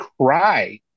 cry